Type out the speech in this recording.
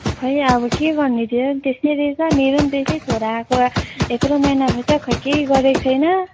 खोइ अब के गर्ने तेरो पनि त्यस्तै रहेछ मेरो पनि त्यस्तै छोरा आएको यत्रो महिना भइसक्यो खोइ केही गरेको छैन